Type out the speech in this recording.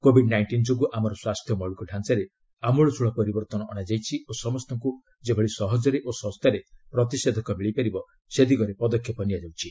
covid nineteen ଯୋଗୁଁ ଆମର ସ୍ୱାସ୍ଥ୍ୟ ମୌଳିକ ଢ଼ାଞ୍ଚାରେ ଆମଳଚ୍ଚଳ ପରିବର୍ତ୍ତନ ଅଣାଯାଇଛି ଓ ସମସ୍ତଙ୍କୁ ଯେପରି ସହଜରେ ଓ ଶସ୍ତାରେ ପ୍ରତିଷେଧକ ମିଳିପାରିବ ସେ ଦିଗରେ ପଦକ୍ଷେପ ନିଆଯାଇଛି